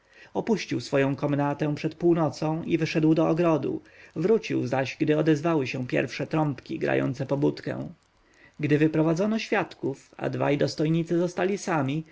opuścił swoją komnatę przed północą i wyszedł do ogrodu wrócił zaś gdy odezwały się pierwsze trąbki grające pobudkę gdy wyprowadzono świadków a dwaj dostojnicy zostali sami